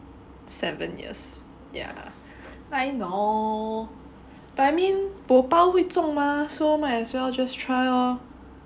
seven years yeah I know but I mean bo 包会中 mah so might as well just try lor